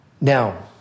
Now